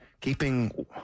keeping